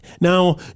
now